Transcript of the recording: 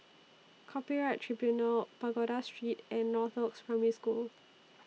Copyright Tribunal Pagoda Street and Northoaks Primary School